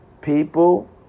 People